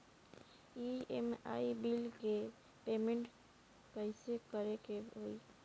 EMI bill के payment कइसे करे के होई?